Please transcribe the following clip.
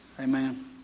Amen